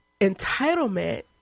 entitlement